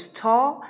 tall